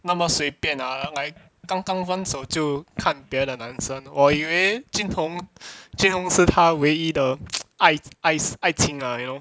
那么随便 ah 来刚刚分手就看别的男生我以为 jun hong jun hong 是他唯一的 爱 ais 爱情 ah you know